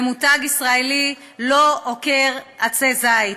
ומותג ישראלי לא עוקר עצי זית,